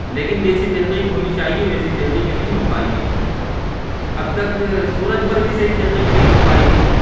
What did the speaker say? لیکن جیسی تحقیق ہونی چاہیے ویسی تحقیق نہیں ہو پائی ہے اب تک سورج پر بھی صحیح تحقیق نہیں ہو پائی ہے